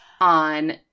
on